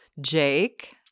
Jake